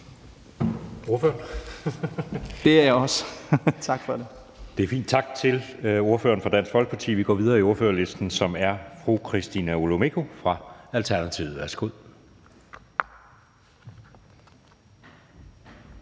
Anden næstformand (Jeppe Søe): Det er fint. Tak til ordføreren for Dansk Folkeparti. Vi går videre i ordførerrækken, og det er nu fru Christina Olumeko fra Alternativet. Værsgo.